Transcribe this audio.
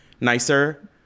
nicer